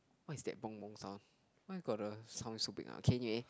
what is that bong bong sound why got the sound so big ah K K